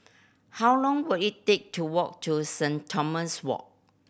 how long will it take to walk to Saint Thomas Walk